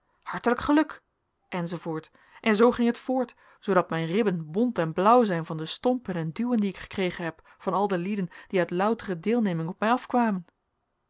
hartelijk geluk enz en zoo ging het voort zoodat mijn ribben bont en blauw zijn van de stompen en duwen die ik gekregen heb van al de lieden die uit loutere deelneming op mij afkwamen